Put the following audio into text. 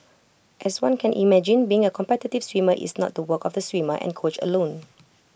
as one can imagine being A competitive swimmer is not to work of the swimmer and coach alone